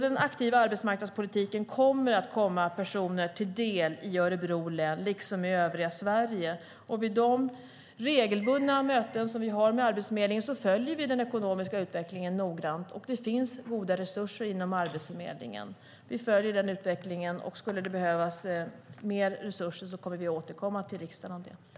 Den aktiva arbetsmarknadspolitiken kommer att komma personer i Örebro län liksom i övriga Sverige till del. Vid de regelbundna möten vi har med Arbetsförmedlingen följer vi den ekonomiska utvecklingen noggrant, och det finns goda resurser inom Arbetsförmedlingen. Skulle det behövas mer resurser återkommer vi till riksdagen om det.